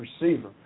receiver